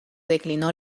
declinó